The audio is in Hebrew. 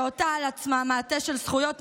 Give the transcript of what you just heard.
שעוטה על עצמה מעטה של זכויות נשים,